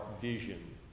vision